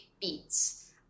beats